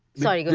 sorry,